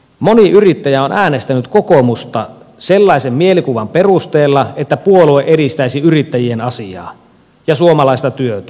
moni yrittäjä on äänestänyt kokoomusta sellaisen mielikuvan perusteella että puolue edistäisi yrittäjien asiaa ja suomalaista työtä